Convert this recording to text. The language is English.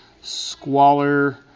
squalor